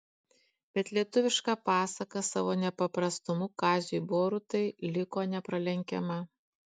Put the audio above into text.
bet lietuviška pasaka savo nepaprastumu kaziui borutai liko nepralenkiama